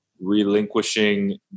relinquishing